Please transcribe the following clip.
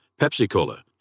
Pepsi-Cola